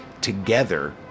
together